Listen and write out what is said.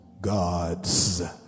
God's